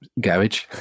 garage